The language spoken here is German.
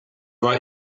war